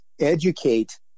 educate